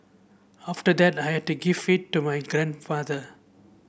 after that I had to give it to my grandfather